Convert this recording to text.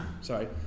sorry